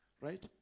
Right